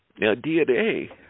DNA